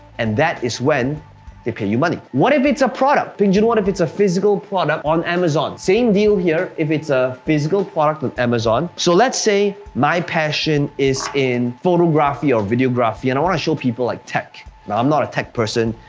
and that is when they pay you money. what if it's a product? peng joon, what if it's a physical product on amazon? same deal here, if it's a physical product on amazon. so let's say my passion is in photography or videography and i wanna show people like tech. now i'm not a tech person,